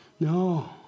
No